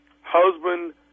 Husband